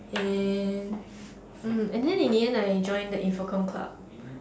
and mm and then in the end I joined the info comm club